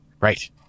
Right